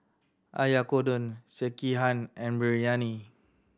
Oyakodon Sekihan and Biryani